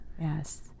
yes